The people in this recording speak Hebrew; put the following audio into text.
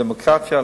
בדמוקרטיה,